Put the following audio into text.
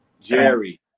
Jerry